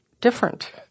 different